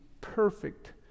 perfect